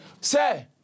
Say